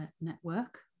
Network